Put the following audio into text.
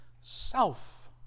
self